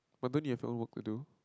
but then you have no work to do